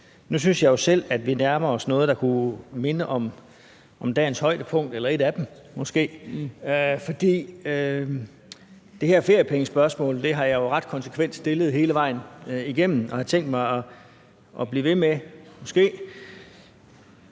Nu synes jeg jo selv, at vi nærmer os noget, der kunne minde om dagens højdepunkt eller et af dem måske, for det her feriepengespørgsmål har jeg jo ret konsekvent stillet hele vejen igennem, og det har jeg tænkt mig at blive ved med